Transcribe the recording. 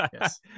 yes